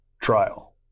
trial